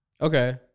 Okay